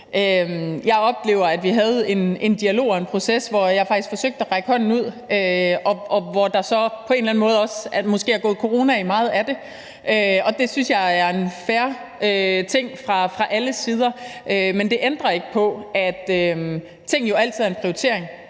Jeg oplever, at vi havde en dialog og en proces, hvor jeg faktisk forsøgte at række hånden ud, og hvor der så på en eller anden måde måske også er gået corona i meget af det. Og det synes jeg er en fair ting, men det ændrer ikke på, at der jo altid er en prioritering,